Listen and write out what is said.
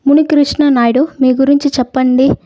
మునికృష్ణ నాయుడు మీ గురించి చెప్పండి